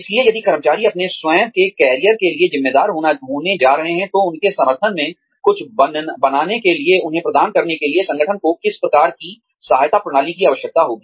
इसलिए यदि कर्मचारी अपने स्वयं के करियर के लिए जिम्मेदार होने जा रहे हैं तो उनके समर्थन में कुछ बनाने के लिए उन्हें प्रदान करने के लिए संगठन को किस प्रकार की सहायता प्रणालियों की आवश्यकता होगी